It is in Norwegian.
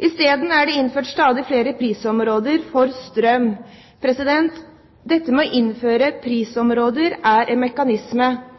Isteden er det innført stadig flere prisområder for strøm. Det å innføre prisområder er en mekanisme,